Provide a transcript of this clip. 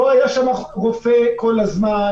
אלא שלא היה שם רופא כל הזמן,